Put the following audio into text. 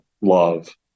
love